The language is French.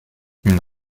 une